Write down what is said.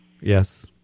Yes